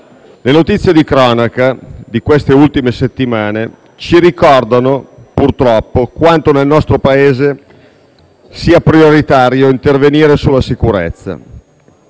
le notizie di cronaca di queste ultime settimane ci ricordano, purtroppo, quanto nel nostro Paese sia prioritario intervenire sulla sicurezza.